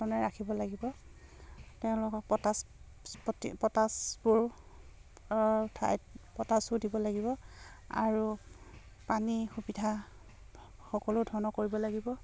ৰাখিব লাগিব তেওঁলোকক পটাচ পটাছবোৰ ঠাইত পটাছো দিব লাগিব আৰু পানীৰ সুবিধা সকলো ধৰণৰ কৰিব লাগিব